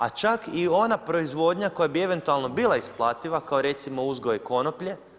A čak i ona proizvodanja koja bi eventualno bila isplativa kao recimo uzgoj konoplje.